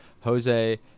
Jose